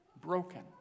broken